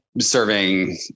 serving